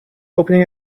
opening